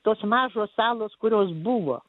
tos mažos salos kurios buvo